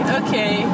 okay